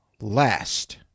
last